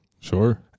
Sure